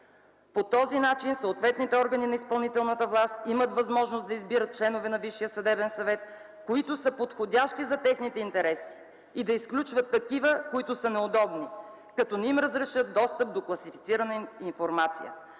по този начин съответните органи на изпълнителната власт имат възможност да избират членове на Висшия съдебен съвет, които са подходящи за техните интереси, и да изключват такива, които са неудобни, като не им разрешат достъп до класифицирана информация.